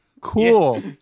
Cool